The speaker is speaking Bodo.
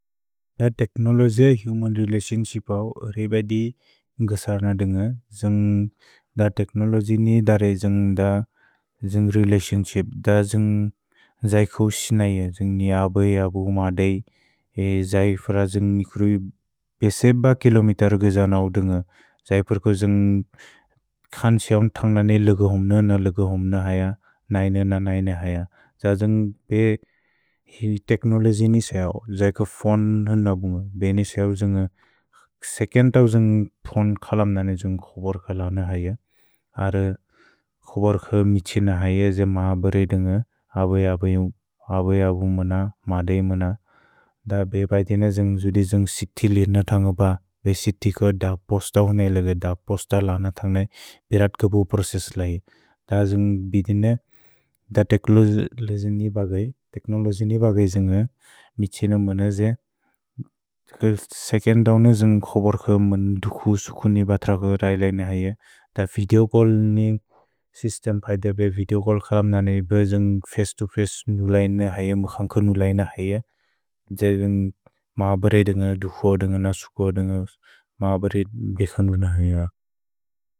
अ तेक्नोल्जि हुमन् रेलतिओन्शिप् अव्, रेबे दि न्गसर्न दुन्ग, जुन्ग् अ तेक्नोल्जि नि अरे जुन्ग् अ जुन्ग् रेलतिओन्शिप्, अ जुन्ग् जय्कव् शिनैअ, जुन्ग् नि अबै, अबु, मदै, ए जय्फ्र जुन्ग् निक्रुइ बेसेब किलोमितर् गुजन अव् दुन्ग, जय्फर्को जुन्ग् खन् क्सिअव्न् थन्ग् न ने लगुहुम् न न लगुहुम् न हैअ, नैन न नैन हैअ, अ जुन्ग् बे, हि तेक्नोल्जि नि क्सिअव्, जय्कव् फोने नबुन्ग, बेने क्सिअव् जुन्ग्, सेकिएन्तव् जुन्ग् फोने खलम् न ने जुन्ग् खोबोर्क लगुन हैअ, अर् खोबोर्क मित्क्सिन हैअ, जेम् माबरेइदुन्ग, अबै अबु, अबै अबु मन, मदै मन, द बेब इतिन जुन्ग् जुदि जुन्ग् सिति लिर्न थन्ग् ब, बे सिति को द पोस्त होन इलग द पोस्त लगुन थन्ग् ने, बेरत्कबु प्रोसेस् लै, द जुन्ग् बिदिन, द तेक्नोल्जि नि बगै, तेक्नोल्जि नि बगै जुन्ग् मित्क्सिन मन जय्, सेकिएन्तव् न जुन्ग् खोबोर्क मन्दुकु, सुकुनि, बत्रगु, रैलेइन हैअ, द विदेओ चल्ल् नि सिस्तेम् पैदेबे, विदेओ चल्ल् खलम् न ने, बे जुन्ग् फचे तो फचे नुलैन हैअ, मुखन्कु नुलैन हैअ, जय् जुन्ग् माबरेइदुन्ग, दुकुअ दुन्ग, नसुकुअ दुन्ग, माबरेइद् बेक्सनुन हैअ। Thank you for watching.